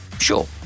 Sure